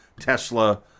Tesla